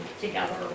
together